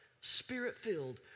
spirit-filled